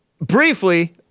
Briefly